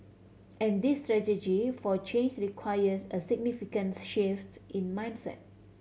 and this strategy for changes requires a significants shift in mindset